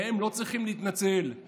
והם לא צריכים להתנצל,